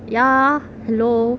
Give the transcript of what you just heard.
ya hello